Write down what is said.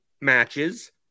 matches